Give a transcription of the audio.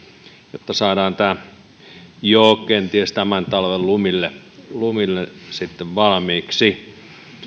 jotta saadaan tämä kenties jo tämän talven lumille lumille valmiiksi